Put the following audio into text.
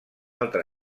altra